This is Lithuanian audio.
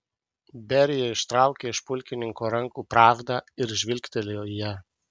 berija ištraukė iš pulkininko rankų pravdą ir žvilgtelėjo į ją